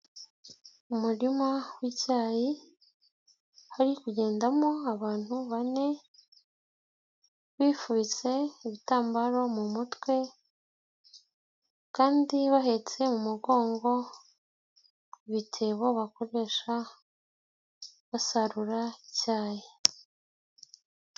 Umuririma w'icyayi hari kugendamo abantu bane bifubitse ibitambaro mu mutwe kandi bahetse mu mugongo ibitebo bakoresha basarura icyayi.